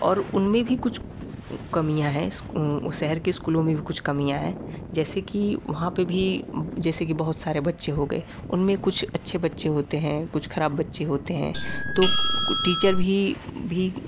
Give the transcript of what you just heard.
और उनमें भी कुछ कमियाँ है शहर के स्कूलों में भी कुछ कमियाँ है जैसे कि वहाँ पर भी जैसे कि बहुत सारे बच्चे हो गए उनमें कुछ अच्छे बच्चे होते हैं कुछ ख़राब बच्चे होते हैं तो टीचर भी भी